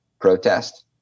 protest